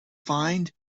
find